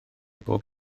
bob